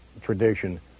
tradition